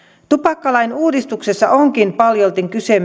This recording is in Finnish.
tupakkalain uudistuksessa onkin paljolti kyse